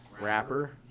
rapper